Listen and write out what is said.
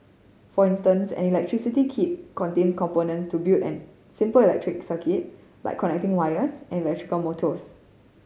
for instance an electricity kit contains components to build an simple electric circuit like connecting wires and electrical motors